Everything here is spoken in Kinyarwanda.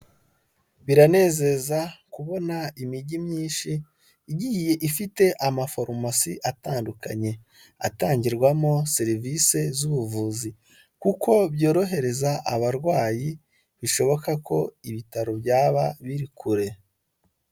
Biranezeza kubona imijyi myinshi igiye ifite amafarumasi atandukanye, atangirwamo serivisi z'ubuvuzi, kuko byorohereza abarwayi, bishoboka ko ibitaro byaba biri kure.